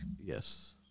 Yes